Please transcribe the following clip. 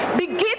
Begin